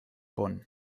bonn